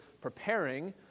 preparing